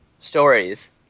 Stories